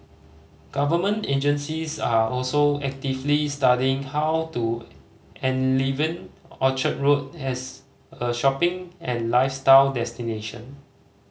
government agencies are also actively studying how to enliven Orchard Road as a shopping and lifestyle destination